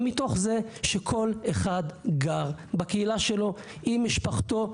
מתוך זה שכל אחד גר בקהילה שלו עם משפחתו,